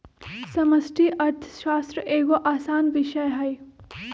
समष्टि अर्थशास्त्र एगो असान विषय हइ